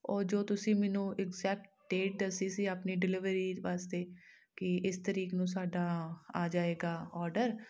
ਉਹ ਜੋ ਤੁਸੀਂ ਮੈਨੂੰ ਐਗਜ਼ੈਕਟ ਡੇਟ ਦੱਸੀ ਸੀ ਆਪਣੀ ਡਿਲੀਵਰੀ ਵਾਸਤੇ ਕਿ ਇਸ ਤਰੀਕ ਨੂੰ ਸਾਡਾ ਆ ਜਾਵੇਗਾ ਔਡਰ